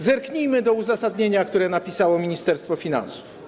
Zerknijmy do uzasadnienia, które napisało Ministerstwo Finansów.